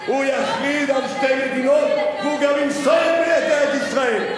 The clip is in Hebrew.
הוא יכריז על שתי מדינות והוא גם ימסור את ארץ-ישראל.